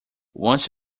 once